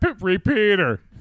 Repeater